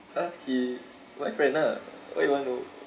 ya he my friend lah why you want to know